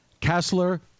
Kessler